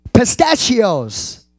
Pistachios